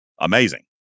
amazing